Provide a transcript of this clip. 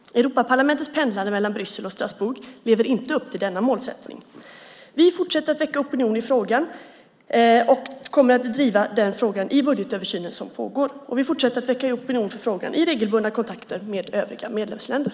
Europaparlamentets pendlande mellan Bryssel och Strasbourg lever inte upp till denna målsättning. Regeringen har tagit upp frågan och kommer att driva den i den budgetöversyn som nu pågår. Vi fortsätter att väcka opinion för frågan i regelbundna kontakter med övriga medlemsländer.